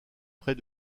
près